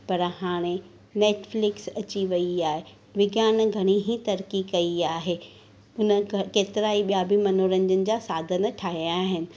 पर हाणे नेटफ्लिक्स अची वई आहे विज्ञान घणी ई तरकी कई आहे उन केतिरा ई ॿिया बि मनोरंजन जा साधन ठाहिया आहिनि